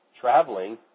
traveling